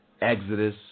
Exodus